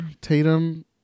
Tatum